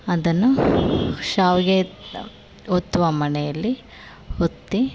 ಅದನ್ನು ಶಾವಿಗೆ ಒತ್ತುವ ಮಣೆಯಲ್ಲಿ ಒತ್ತಿ